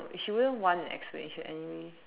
she wouldn't want an explanation anyway